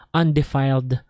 undefiled